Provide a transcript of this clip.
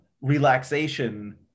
relaxation